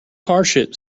hardship